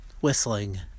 whistling